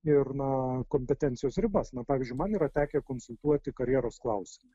ir na kompetencijos ribas na pavyzdžiui man yra tekę konsultuoti karjeros klausimais